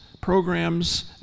programs